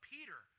Peter